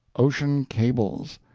ocean cables,